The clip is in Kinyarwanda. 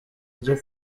ryo